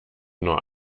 nur